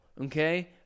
Okay